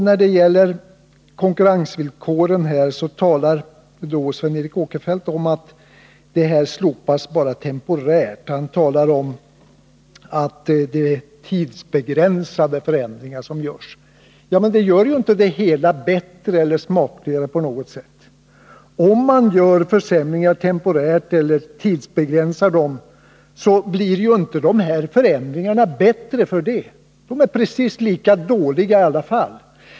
När det gäller konkurrensvillkoren talar Sven Eric Åkerfeldt om att de slopas bara temporärt. Han säger att det är tidsbegränsade förändringar som föreslås. Ja, men det gör ju inte det hela bättre eller smakligare på något sätt. Om man gör temporära förändringar och alltså tidsbegränsar dem, blir ju inte förändringarna bättre för det. De är precis lika dåliga i alla fall.